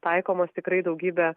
taikomas tikrai daugybę